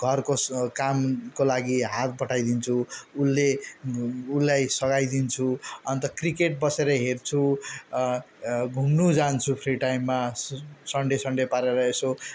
घरको कामको लागि हात बढाइदिन्छु उसले उसलाई सघाइदिन्छु अन्त क्रिकेट बसेर हेर्छु घुम्नु जान्छु फ्री टाइममा सन्डे सन्डे पारेर यसो